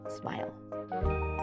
smile